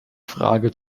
frage